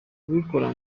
kubikora